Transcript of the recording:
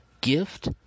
gift